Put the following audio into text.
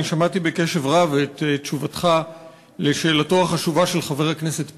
אני שמעתי בקשב רב את תשובתך על שאלתו החשובה של חבר הכנסת פרי.